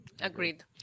Agreed